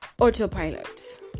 autopilot